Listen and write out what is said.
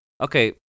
Okay